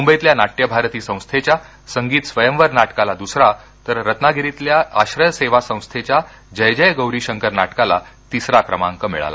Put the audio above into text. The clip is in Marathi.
मुंबईतल्या नाट्यभारती संस्थेच्या संगीत स्वयंवर नाटकाला द्सरा तर रत्नागिरीतल्या आश्रय सेवा संस्थेच्या जय जय गौरी शंकर नाटकाला तिसरा क्रमांक मिळाला